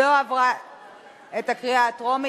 לא עברה את הקריאה הטרומית.